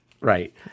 Right